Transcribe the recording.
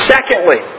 Secondly